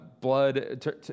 blood